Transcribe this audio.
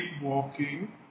walking